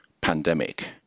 pandemic